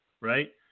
right